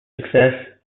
success